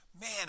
Man